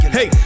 Hey